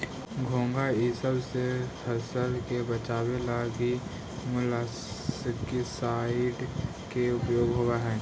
घोंघा इसब से फसल के बचावे लगी मोलस्कीसाइड के उपयोग होवऽ हई